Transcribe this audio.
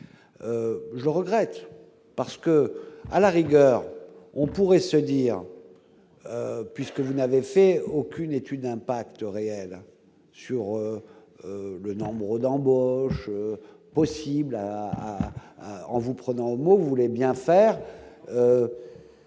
je regrette parce que, à la rigueur, on pourrait se dire, puisque vous n'avait fait aucune étude d'impact réel sur le nombre d'embauches possibles en vous prenant au mot voulait bien faire,